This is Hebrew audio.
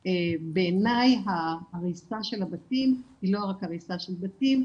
בעיני הריסת הבתים היא לא רק הריסה של בתים,